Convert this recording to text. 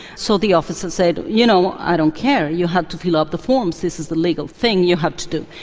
so the officer officer said, you know, i don't care, you have to fill out the forms, this is the legal thing you have to do.